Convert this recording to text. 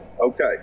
Okay